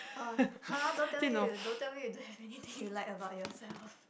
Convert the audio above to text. oh !huh! don't tell me you don't tell me you don't have anything you like about yourself